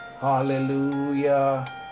Hallelujah